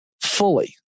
fully